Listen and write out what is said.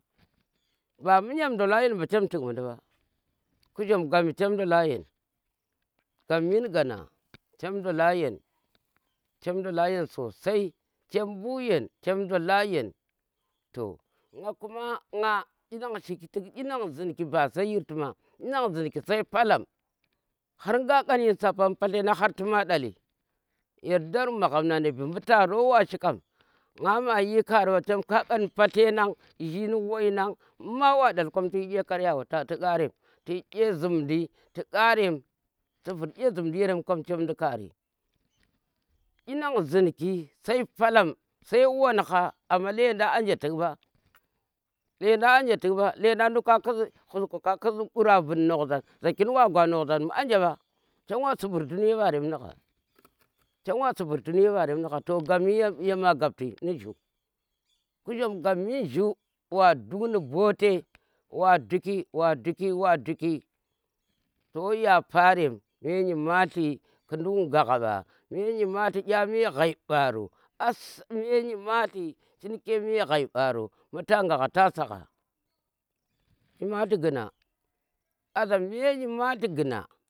Mba mu gyam ndola yen ɓa chem tik mundin bu ku kujhom gap mi chem ndola yen, gap min gana chem ndold yen, chem ndola yen sosai chem bu yen, chem ndola yen to nga kuma nga dyi nang shiki tik dyi nan a zinki ba sai yirti ma, dyi nang zinki sai polam har nga ƙan yin sapar mbu padle yar dar mbu ma maagham nu annabi mbu taro washi kam nga ma yir kari mba chem ka han pale nan njhin wai nan mbu ma ɗali, kom tu yi kye karywe tu kharem tuyi dye zhumdi tu kharem tu vur dye zhumdi yere kom chem du kari dyi nang zinki sai palam sai wanha amma lendan anje tuk mba lendang anje tuk mba. landang duk ka khus khusku ka khus ghura bun noksa za chi wa gwa nokzan mu anje mba chem wa sibir dunye mbarem nu gha, chem wa sibir dunye mbarem nu gha to gapmin yema gapti kujum gapmin jhuu wa duk nu bote wa dukki, wa dukki, wa dukki, to yaparem me nyimalti tu ndukk ngagha mba me nyimalti da me xhai mbaro me nyimakti chin kye me xhai mbaro mbu ta gangha ta sagha nyimalti guna aza me nyimalti guna.